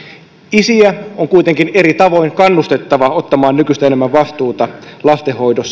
isiä on kuitenkin eri tavoin kannustettava ottamaan nykyistä enemmän vastuuta lastenhoidossa